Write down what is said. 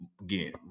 Again